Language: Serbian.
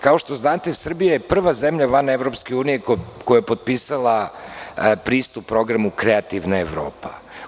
Kao što znate Srbija je prva zemlja van EU koja je potpisala pristup Programu kreativna Evropa.